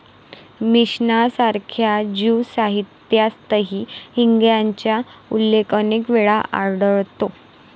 Mishnah सारख्या Jew साहित्यातही हिंगाचा उल्लेख अनेक वेळा आढळतो